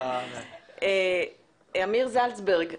אמיר זלצברג,